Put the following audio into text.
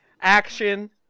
action